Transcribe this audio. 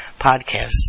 podcasts